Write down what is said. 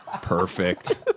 perfect